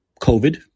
COVID